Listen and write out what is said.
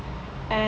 and